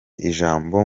ijambo